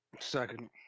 Second